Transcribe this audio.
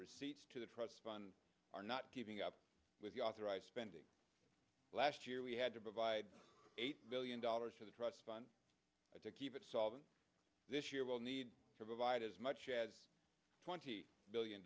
receipts to the trust fund are not giving up with the authorized spending last year we had to provide eight billion dollars to the trust fund to keep it solvent this year will need to provide as much as twenty billion